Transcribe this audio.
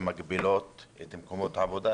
שמגבילות את מקומות העבודה,